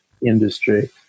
industry